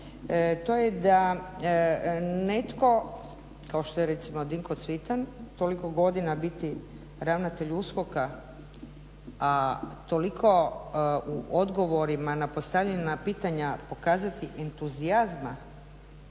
to je da netko kao što je Dinko Cvitan toliko godina biti ravnatelj USKOK-a a toliko u odgovorima na postavljena pitanja pokazati entuzijazma